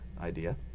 idea